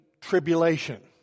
tribulation